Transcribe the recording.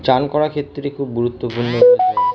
চান করার ক্ষেত্রে খুব গুরুত্বপূর্ণ জল